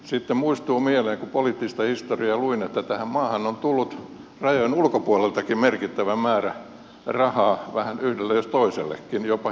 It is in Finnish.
sitten muistuu mieleen kun poliittista histo riaa luin että tähän maahan on tullut rajojen ulkopuoleltakin merkittävä määrä rahaa vähän yhdelle jos toisellekin jopa hikinauhoissa